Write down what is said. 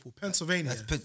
Pennsylvania